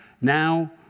Now